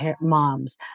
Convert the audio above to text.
moms